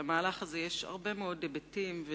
למהלך הזה יש הרבה מאוד היבטים.